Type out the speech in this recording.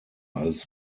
als